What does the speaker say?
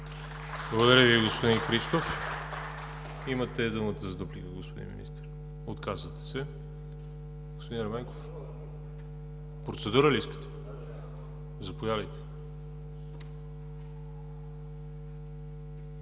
Благодаря Ви, господин Христов. Имате думата за дуплика, господин Министър. Отказвате се. Господин Ерменков, процедура ли искате? Заповядайте.